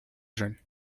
jeunes